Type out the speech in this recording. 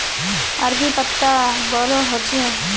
अरबी पत्ता बोडो होचे